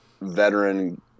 veteran